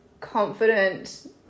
confident